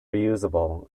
reusable